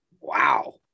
Wow